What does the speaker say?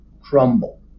crumble